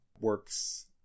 works